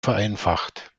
vereinfacht